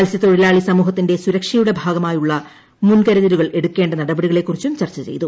മൽസ്യതൊഴിലാളി സമൂഹത്തിന്റെ സുരക്ഷയുടെ ഭാഗമായുള്ള മുൻകരുതലുകൾ എടുക്കേണ്ട നടപടികളെക്കുറിച്ചും ചർച്ചചെയ്തു